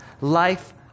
life